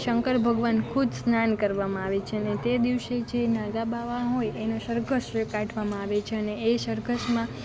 શંકર ભગવાન ખુદ સ્નાન કરવામાં આવે છે અને તે દિવસે જે નાગા બાવા હોય એનો સરઘસ કાઢવામાં આવે છે અને એ સરઘસમાં